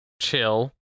chill